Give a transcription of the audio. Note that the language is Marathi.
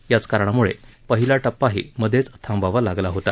याच कारणामुळे पहिला टप्पाही मधेच थांबवावा लागला होता